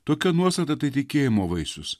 tokia nuostata tai tikėjimo vaisius